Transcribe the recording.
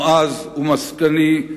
נועז ומסקני,